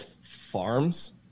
farms